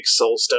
Soulstone